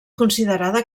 considerada